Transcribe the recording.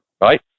Right